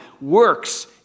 works